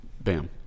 bam